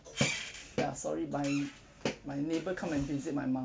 ya sorry my my neighbour come and visit my mum